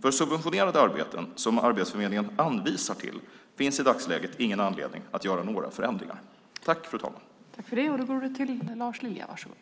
För subventionerade arbeten som Arbetsförmedlingen anvisar till finns i dagsläget ingen anledning att göra några förändringar. Då Luciano Astudillo, som framställt interpellationen, anmält att han var